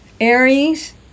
Aries